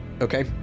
Okay